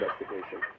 investigation